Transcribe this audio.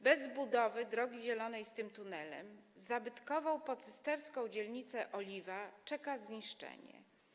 Bez budowy Drogi Zielonej z tunelem zabytkową pocysterską dzielnicę Oliwę czeka zniszczenie.